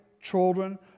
children